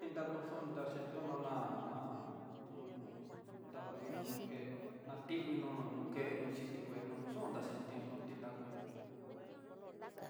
Tinrakuxon ña xhintiuno ná, ná un danguino nokenó xhiti ngueno no yuntaxhiteno tinraku ñoo.